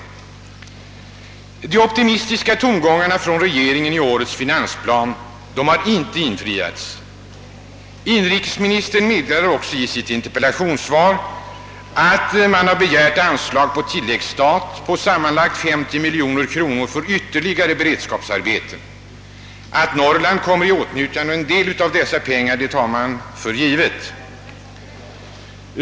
De optimistiska tongångarna från regeringen i årets finansplan har inte infriats. Inrikesministern meddelade också i sitt interpellationssvar att man har begärt anslag på tilläggsstat på sammanlagt 50 miljoner kronor för ytterligare beredskapsarbeten. Att Norrland kommer i åtnjutande av en del av dessa pengar tar man för givet.